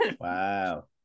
wow